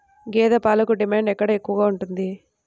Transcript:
గేదె పాలకు డిమాండ్ ఎక్కడ ఎక్కువగా ఉంది?